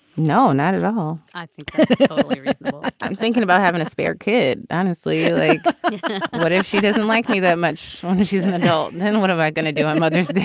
no not at all i think i'm thinking about having a spare kid. honestly what if she doesn't like me that much she's an adult then what am i going to do on mother's day.